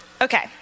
okay